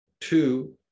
two